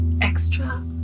Extra